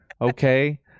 Okay